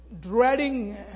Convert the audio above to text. dreading